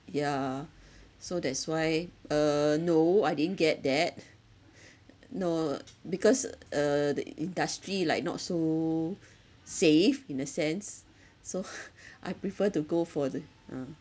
yeah so that's why uh no I didn't get that no because uh the industry like not so safe in a sense so I prefer to go for the ah